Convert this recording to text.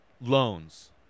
loans